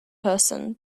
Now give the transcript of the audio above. person